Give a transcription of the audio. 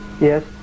Yes